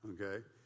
okay